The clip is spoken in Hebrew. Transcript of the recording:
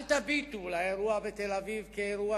אל תביטו על האירוע בתל-אביב כעל אירוע